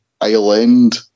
island